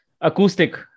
acoustic